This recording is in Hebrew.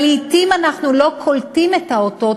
אבל לעתים אנחנו לא קולטים את האותות,